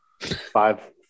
five